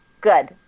good